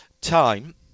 time